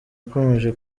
ukomeje